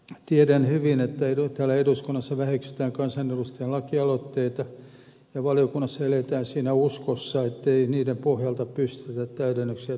tiedän hyvin että täällä eduskunnassa väheksytään kansanedustajan lakialoitteita ja valiokunnassa eletään siinä uskossa ettei niiden pohjalta pystytä täydennyksiä tekemään